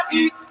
eat